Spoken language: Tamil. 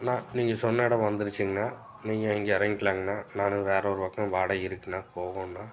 அண்ணா நீங்கள் சொன்ன இடம் வந்துருச்சுங்கண்ணா நீங்கள் இங்கே இறங்கிக்கிலாங்கண்ணா நான் வேறு ஒரு பக்கம் வாடகை இருக்குண்ணா போகுதுணுண்ணா